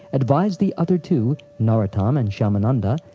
advised the other two, narottam and shyamananda,